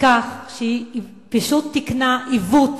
בכך שהיא פשוט תיקנה עיוות